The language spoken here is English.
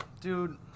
Dude